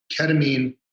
ketamine